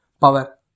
power